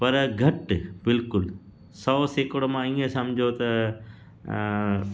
पर घटि बिल्कुलु सौ सेकड़ो मां ईअं सम्झो त